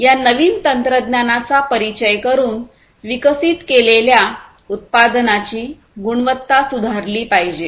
या नवीन तंत्रज्ञानाचा परिचय करुन विकसित केलेल्या उत्पादनाची गुणवत्ता सुधारली पाहिजे